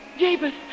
Jabez